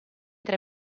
tre